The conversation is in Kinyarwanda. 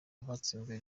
abatsinzwe